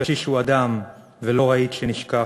שקשיש הוא אדם ולא רהיט שנשכח,